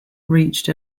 reached